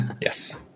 Yes